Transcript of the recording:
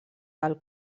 del